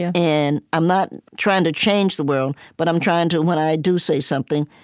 yeah and i'm not trying to change the world, but i'm trying to, when i do say something,